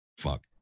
Fuck